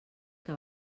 que